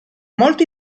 molto